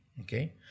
okay